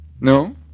No